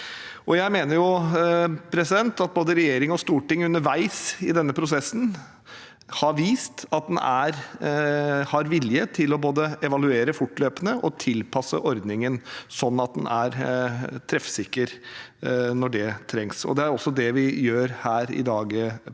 Jeg mener at både regjering og storting underveis i denne prosessen har vist at en har vilje til både å evaluere fortløpende og tilpasse ordningen slik at den er treffsikker når det trengs. Det er det vi gjør her i dag, så jeg er